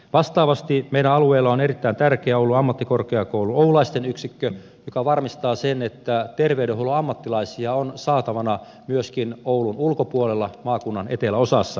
vastaavasti meidän alueellamme on erittäin tärkeä oulun ammattikorkeakoulun oulaisten yksikkö joka varmistaa sen että terveydenhuollon ammattilaisia on saatavana myöskin oulun ulkopuolella maakunnan eteläosassa